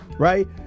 Right